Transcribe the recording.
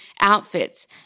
outfits